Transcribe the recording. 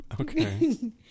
Okay